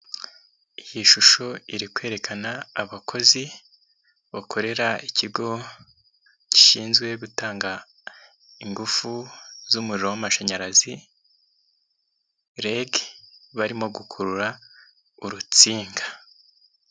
Iyi shusho iri kwerekana abakozi bakorera ikigo gishinzwe gutanga ingufu z'umuriro w' amashanyarazi REG barimo gukurura urunsinga.